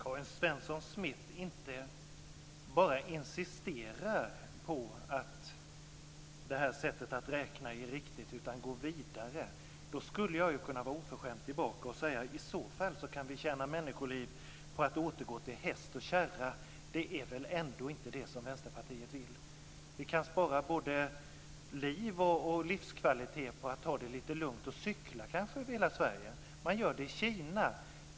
Fru talman! Karin Svensson Smith inte bara insisterar på att det här sättet att räkna är riktigt utan går också vidare. Då skulle jag kunna vara oförskämd tillbaka och säga att i så fall kan vi tjäna människoliv på att återgå till häst och kärra. Det är väl ändå inte det som Vänsterpartiet vill? Vi kan spara både liv och livskvalitet på att ta det lite lugnt och kanske cykla över hela Sverige. Man gör det i Kina.